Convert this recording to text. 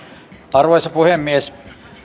arvoisa puhemies